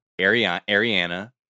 Ariana